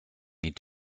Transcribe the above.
need